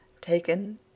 taken